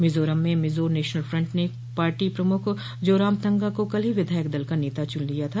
मिजोरम में Mizo national front ने party प्रमुख जोरामथंगा को कल ही विधायक दल का नेता चुन लिया था